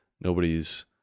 nobody's